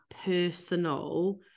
personal